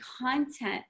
content